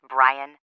Brian